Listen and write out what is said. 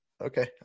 Okay